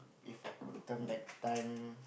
If I could turn back time